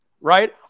right